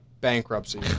bankruptcy